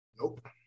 nope